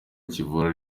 kivura